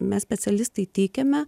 mes specialistai teikiame